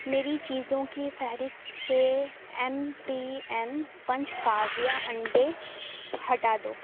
میری چیزوں کی فہرست سے ایم پی ایم پنچ کاویہ انڈے ہٹا دو